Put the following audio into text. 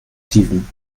steven